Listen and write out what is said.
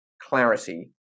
clarity